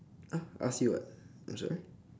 !huh! ask you what I'm sorry